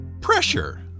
pressure